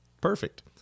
Perfect